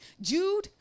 Jude